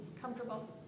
comfortable